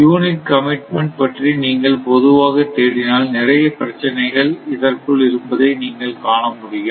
unit commitment பற்றி நீங்கள் பொதுவாக தேடினால் நிறைய பிரச்சனைகள் இதற்குள் இருப்பதை நீங்கள் காண முடியும்